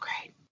great